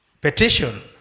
petition